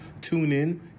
TuneIn